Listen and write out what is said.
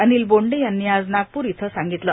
अनिल बोंडे यांनी आज नागपूर इथं सांगितलं